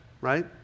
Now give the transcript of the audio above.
right